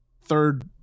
third